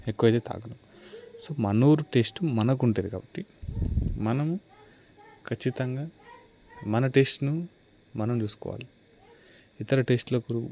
ఎక్కువ అయితే త్రాగము సో మన ఊరి టేస్ట్ మనకు ఉంటంది కాబట్టి మనం ఖచ్చితంగా మన టేస్టుని మనం చూసుకోవాలి ఇతర టేస్టులకు